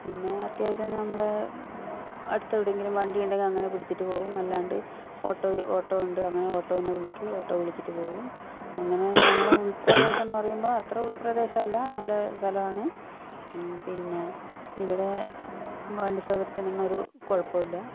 പിന്നെ അത്യാവശ്യം ഞമ്മൾ അടുത്തെവിടെയെങ്കിലും വണ്ടി ഉണ്ടെങ്കിൽ അങ്ങനെ പിടിച്ചിട്ട് പോവും അല്ലാണ്ട് ഓട്ടോ ഓട്ടോ ഉണ്ട് അങ്ങനെ ഓട്ടോനെ വിളിക്കും ഓട്ടോ വിളിച്ചിട്ട് പോവും അങ്ങനെ ഞങ്ങളെ ഉൾപ്രദേശം എന്നു പറയുമ്പോൾ അത്ര ഉൾപ്രദേശമല്ല നല്ല സ്ഥലമാണ് പിന്നെ ഇവിടെ വണ്ടി സൗകര്യത്തിനൊന്നും ഒരു കുഴപ്പവും ഇല്ല